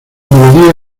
melodía